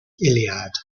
iliad